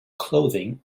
clothing